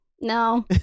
no